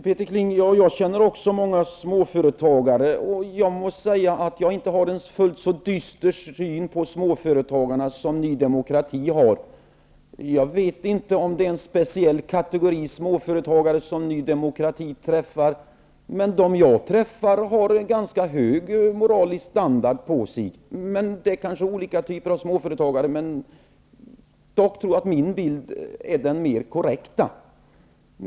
Herr talman! Jag känner också många småföretagare, Peter Kling. Men jag har inte en fullt så dyster syn på småföretagarna som Ny demokrati har. Jag vet inte om det är en speciell kategori småföretagare som Ny demokrati träffar. De jag träffar har en hög moralisk standard. Men det kan ju finnas olika typer av småföretagare. Dock tror jag att min bild är den mer korrekta.